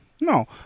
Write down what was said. No